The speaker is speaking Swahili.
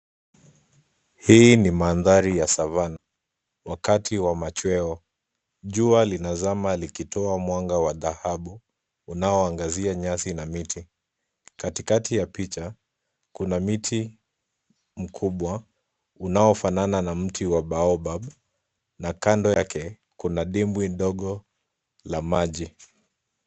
Hii ni mandhari ya savanna wakati wa machweo. Jua linazama likitoa mwanga wa dhahabu unaoangazia nyasi na miti. Katikati ya picha kuna mti mkubwa unaofanana na mti wa baobab na kando yake kuna dimbwi ndogo la maji.